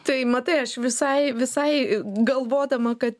tai matai aš visai visai galvodama kad